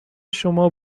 شما